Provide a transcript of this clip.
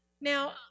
Now